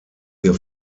ihr